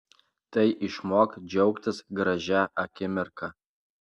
tai išmok džiaugtis gražia akimirka